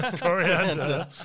coriander